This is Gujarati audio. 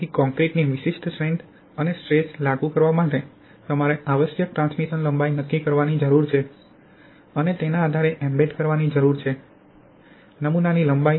તેથી કોંક્રિટની વિશિષ્ટ સ્ટ્રેન્થ અને સ્ટ્રેસ લાગુ કરવા માટે તમારે આવશ્યક ટ્રાન્સમિશન લંબાઈ નક્કી કરવાની જરૂર છે અને તેના આધારે તમારે એમ્બેડ કરવાની જરૂર છે નમૂનાની લંબાઈ